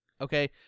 Okay